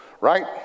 Right